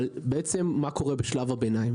אבל מה קורה בשלב הביניים?